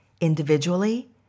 individually